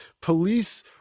police